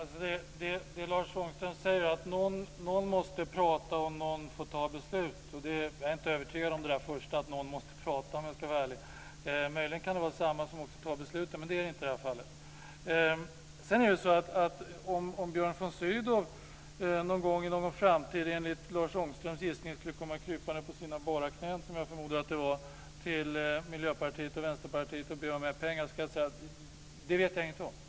Herr talman! Lars Ångström säger att någon måste prata och någon måste fatta beslut. Om jag ska vara ärlig är jag inte övertygad om att någon måste prata. Möjligen kan det vara samma som också fattar beslut, men så är det inte i det här fallet. Sydow någon gång i någon framtid komma krypande på sina bara knän, som jag förmodar att det var, till Miljöpartiet och Vänsterpartiet och be om de här pengarna. Det vet jag ingenting om.